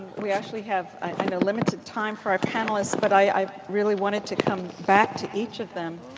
we actually have a and limited time for our panelists. but i really wanted to come back to each of them.